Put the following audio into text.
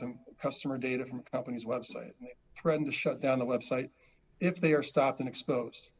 a customer data from company's website threaten to shut down the website if they are stopped and expose